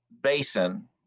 Basin